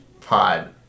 pod